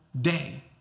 day